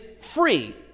free